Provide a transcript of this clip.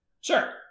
Sure